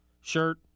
shirt